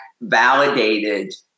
validated